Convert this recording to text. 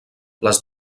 les